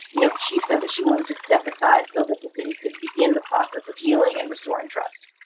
you know, the chief said that she wanted to step aside so that the city could begin the process of healing and restoring trust.